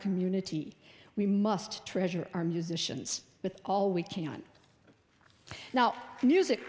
community we must treasure our musicians with all we can now music